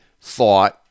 thought